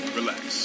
Relax